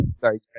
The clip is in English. Sorry